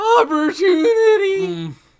opportunity